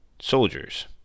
soldiers